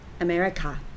America